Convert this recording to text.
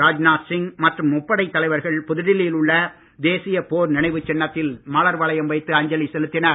ராஜ்நாத் சிங் மற்றும் முப்படைத் தலைவர்கள் புதுடெல்லியில் உள்ள தேசிய போர் நினைவுச் சின்னத்தில் மலர்வளையம் வைத்து அஞ்சலி செலுத்தினர்